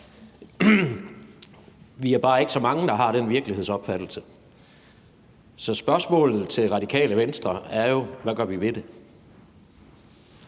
Vi er bare ikke så mange, der har den virkelighedsopfattelse. Så spørgsmålet til Radikale Venstre er jo: Hvad gør vi ved det?